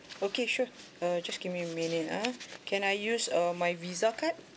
okay sure uh just give me a minute ah can I use uh my Visa card